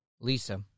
Lisa